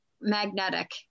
magnetic